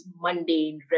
mundane